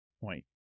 point